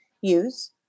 use